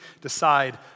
decide